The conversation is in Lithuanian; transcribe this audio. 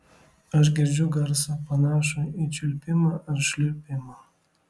aš girdžiu garsą panašų į čiulpimą ar šliurpimą